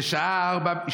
בשעה 16:00,